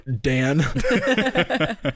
Dan